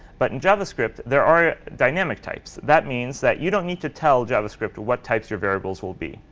but in javascript, there are dynamic types. that means that you don't need to tell javascript what types your variables will be.